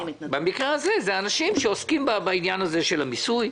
במקרה הזה, זה אנשים שעוסקים בעניין המיסוי.